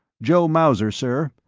joseph mauser, sir.